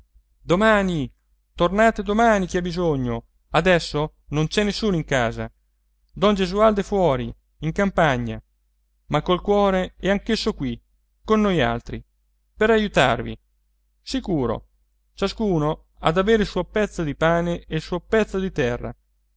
domani tornate domani chi ha bisogno adesso non c'è nessuno in casa don gesualdo è fuori in campagna ma col cuore è anch'esso qui con noialtri per aiutarvi sicuro ciascuno ha da avere il suo pezzo di pane e il suo pezzo di terra